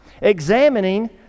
examining